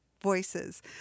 voices